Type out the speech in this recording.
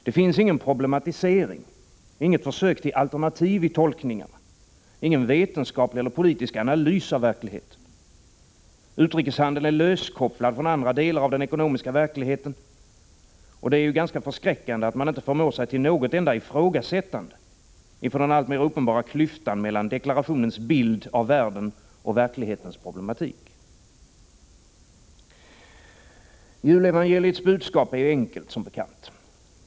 Det finns ingen problematisering, inget försök till alternativ i tolkningarna, ingen vetenskaplig eller politisk analys av verkligheten. Utrikeshandeln är löskopplad från andra delar av den ekonomiska verkligheten. Det är ganska förskräckande att man inte förmår sig till något enda ifrågasättande inför den alltmer uppenbara klyftan mellan deklarationens bild av världen och verklighetens problematik. Julevangeliets budskap är som bekant enkelt.